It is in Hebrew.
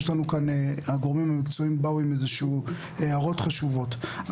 הגורמים המקצועיים באו עם איזשהן הערות חשובות.